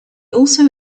also